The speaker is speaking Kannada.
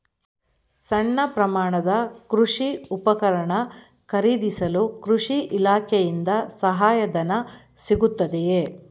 ಸಣ್ಣ ಪ್ರಮಾಣದ ಕೃಷಿ ಉಪಕರಣ ಖರೀದಿಸಲು ಕೃಷಿ ಇಲಾಖೆಯಿಂದ ಸಹಾಯಧನ ಸಿಗುತ್ತದೆಯೇ?